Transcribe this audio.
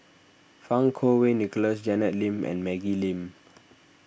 Fang Kuo Wei Nicholas Janet Lim and Maggie Lim